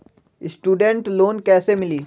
Student loan कैसे मिली?